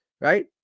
right